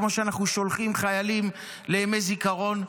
כמו שאנחנו שולחים חיילים לימי זיכרון?